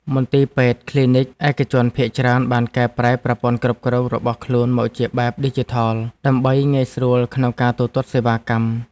មន្ទីរពេទ្យ និងគ្លីនិកឯកជនភាគច្រើនបានកែប្រែប្រព័ន្ធគ្រប់គ្រងរបស់ខ្លួនមកជាបែបឌីជីថល ដើម្បីងាយស្រួលក្នុងការទូទាត់សេវាកម្ម។